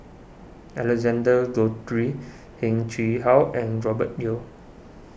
Alexander Guthrie Heng Chee How and Robert Yeo